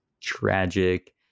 tragic